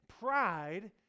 pride